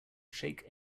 shake